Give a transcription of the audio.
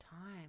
time